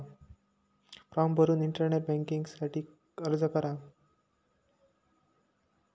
form भरून internet banking साठी अर्ज करा